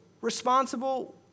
responsible